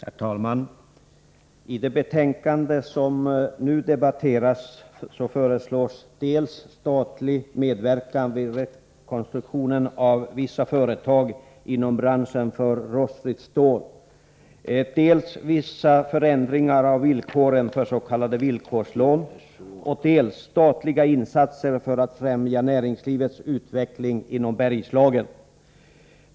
Herr talman! I det betänkande som nu debatteras föreslås dels statlig medverkan för rekonstruktion inom vissa företag i branschen rostfritt stål, dels vissa förändringar av villkoren för s.k. villkorslån, dels statliga insatser för att främja näringslivets utveckling inom Bergslagen.